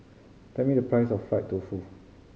tell me the price of fried tofu